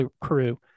crew